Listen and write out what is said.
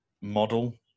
model